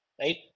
right